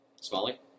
Smalley